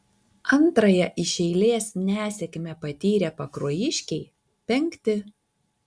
antrąją iš eilės nesėkmę patyrę pakruojiškiai penkti